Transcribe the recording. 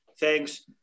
thanks